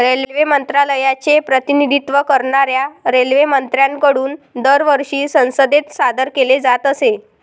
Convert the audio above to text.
railway मंत्रालयाचे प्रतिनिधित्व करणाऱ्या रेल्वेमंत्र्यांकडून दरवर्षी संसदेत सादर केले जात असे